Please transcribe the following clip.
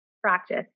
practice